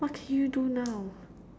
what can you do now